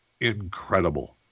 incredible